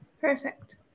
Perfect